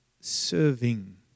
serving